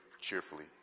cheerfully